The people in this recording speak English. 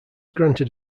granted